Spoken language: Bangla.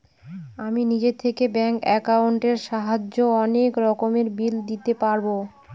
আমি নিজে থেকে ব্যাঙ্ক একাউন্টের সাহায্যে অনেক রকমের বিল দিতে পারবো